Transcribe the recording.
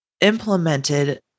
implemented